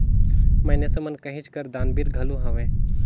मइनसे मन कहेच कर दानबीर घलो हवें